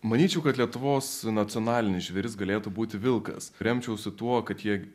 manyčiau kad lietuvos nacionalinis žvėris galėtų būti vilkas remčiausi tuo kad jie